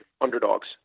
underdogs